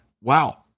wow